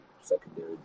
secondary